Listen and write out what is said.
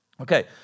okay